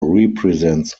represents